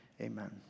Amen